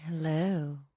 Hello